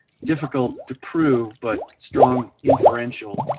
difficult to prove, but strong inferential